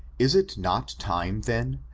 is it not time, then,